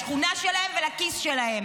לשכונה שלהם ולכיס שלהם.